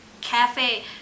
cafe